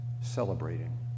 celebrating